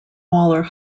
waller